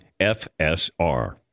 FSR